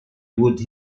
would